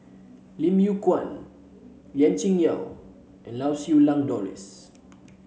Lim Yew Kuan Lien Ying Chow and Lau Siew Lang Doris